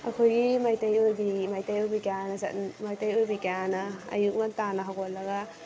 ꯑꯩꯈꯣꯏꯒꯤ ꯃꯩꯇꯩ ꯅꯨꯄꯤꯒꯤ ꯃꯩꯇꯩ ꯅꯨꯄꯤ ꯀꯌꯥꯅ ꯃꯩꯇꯩ ꯅꯨꯄꯤ ꯀꯌꯥꯅ ꯑꯌꯨꯛ ꯉꯟꯇꯥꯅ ꯍꯧꯒꯠꯂꯒ